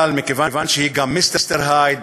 אבל מכיוון שהיא גם מיסטר הייד,